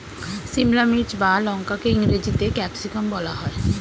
সিমলা মির্চ বা লঙ্কাকে ইংরেজিতে ক্যাপসিকাম বলা হয়